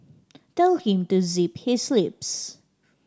tell him to zip his lips